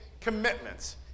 commitments